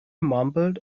mumbled